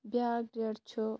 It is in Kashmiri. بیاکھ ڈیٹ چھُ